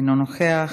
אינו נוכח,